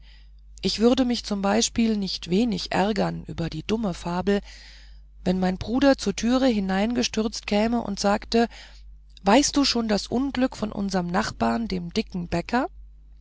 ich würde mich zum beispiel nicht wenig ärgern über die dumme fabel wenn mein bruder zur türe hereingestürzt käme und sagte weißt du schon das unglück von unserem nachbar dem dicken bäcker